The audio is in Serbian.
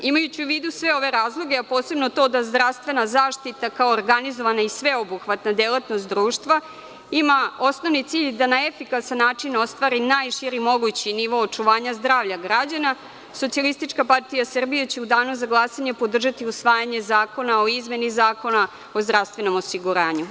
Imajući u vidu sve ove razloge, a posebno to da zdravstvena zaštita kao organizovana i sveobuhvatna delatnost društva ima osnovni cilj da na efikasan način ostvari najširi mogući nivo očuvanja zdravlja građana, Socijalistička partija Srbije će u danu za glasanje podržati usvajanje zakona o izmeni Zakona o zdravstvenom osiguranju.